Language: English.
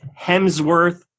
Hemsworth